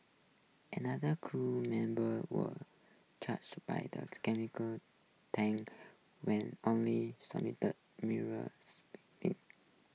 another crew member was charge by those chemical tanker when only sustained minor